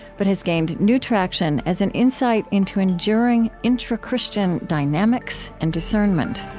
but has gained new traction as an insight into enduring intra-christian dynamics and discernment